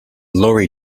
lorry